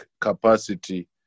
capacity